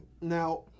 now